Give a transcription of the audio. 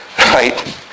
Right